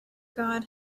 god